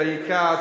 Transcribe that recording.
ויקרא,